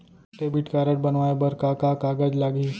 Debit card बनवाये बर का का कागज लागही?